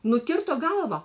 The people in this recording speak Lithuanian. nukirto galvą